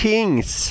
Kings